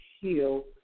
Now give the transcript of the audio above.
heal